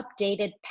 updated